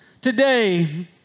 Today